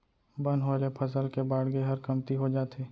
बन होय ले फसल के बाड़गे हर कमती हो जाथे